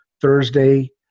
Thursday